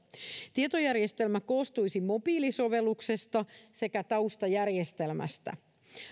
tietojärjestelmä koostuisi mobiilisovelluksesta sekä taustajärjestelmästä